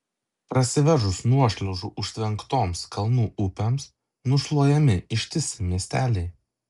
prasiveržus nuošliaužų užtvenktoms kalnų upėms nušluojami ištisi miesteliai